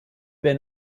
been